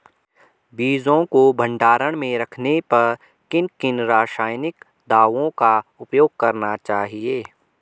बीजों को भंडारण में रखने पर किन किन रासायनिक दावों का उपयोग करना चाहिए?